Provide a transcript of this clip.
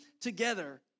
together